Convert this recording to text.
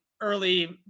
early